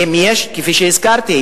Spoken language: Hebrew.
כפי שהזכרתי,